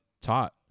taught